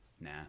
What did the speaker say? Nah